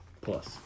Plus